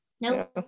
no